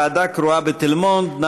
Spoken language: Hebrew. ועדה קרואה בתל מונד.